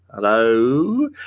Hello